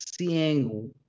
seeing